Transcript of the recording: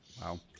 Wow